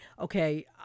okay